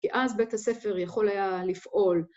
כי אז בית הספר יכול היה לפעול.